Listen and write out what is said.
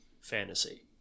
fantasy